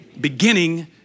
beginning